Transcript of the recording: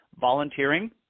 volunteering